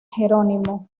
jerónimo